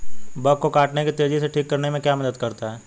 Bug के काटने को तेजी से ठीक करने में क्या मदद करता है?